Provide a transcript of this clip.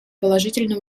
положительно